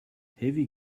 heavy